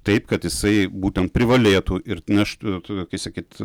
taip kad jisai būtent privalėtų ir naštų kaip sakyt